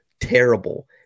terrible